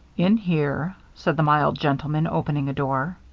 in here, said the mild gentleman, opening a door.